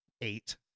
eight